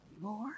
More